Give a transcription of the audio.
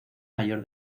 mayor